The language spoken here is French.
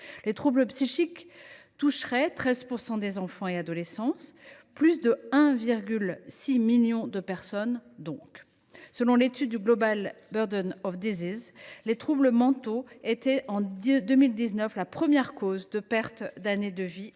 Les troubles psychiques toucheraient 13 % des enfants et adolescents, soit plus de 1,6 million de personnes. Selon l’étude, les troubles mentaux étaient en 2019 la première cause de perte d’années de vie